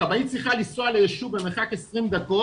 הכבאית צריכה לנסוע ליישוב במרחק 20 דק',